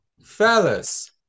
Fellas